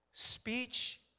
Speech